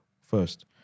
first